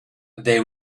they